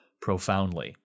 profoundly